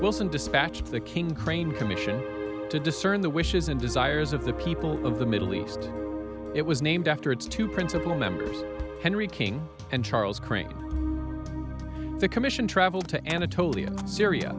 wilson dispatched the king grain commission to discern the wishes and desires of the people of the middle east it was named after its two principal members henry king and charles crane the commission travelled to anatolian syria